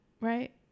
Right